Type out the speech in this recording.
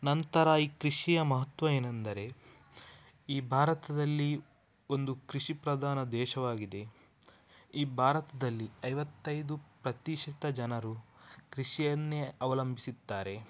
ನಂತರ ಈ ಕೃಷಿಯ ಮಹತ್ವ ಏನೆಂದರೆ ಈ ಭಾರತದಲ್ಲಿ ಒಂದು ಕೃಷಿ ಪ್ರಧಾನ ದೇಶವಾಗಿದೆ ಈ ಭಾರತದಲ್ಲಿ ಐವತ್ತೈದು ಪ್ರತಿಶತ ಜನರು ಕೃಷಿಯನ್ನೇ ಅವಲಂಬಿಸಿದ್ದಾರೆ